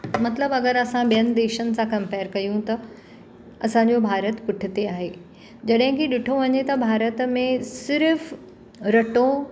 मतिलबु अगरि असां ॿियनि देशनि सां कंपेर कयूं त असांजो भारत पुठिते आहे जॾहिं की ॾिठो वञे त भारत में सिर्फ़ु रटो